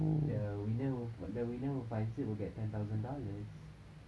the winner who the winner who finds it will get ten thousand dollars